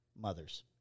mothers